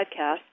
podcast